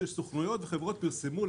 כשסוכנויות וחברות פרסמו,